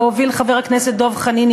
והוביל חבר הכנסת דב חנין,